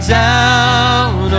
down